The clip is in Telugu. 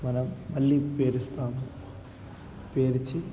మనం మళ్ళీ పేరుస్తాము పేర్చి